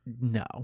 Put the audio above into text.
No